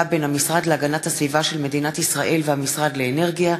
בין המשרד להגנת הסביבה של מדינת ישראל והמשרד לאנרגיה,